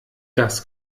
das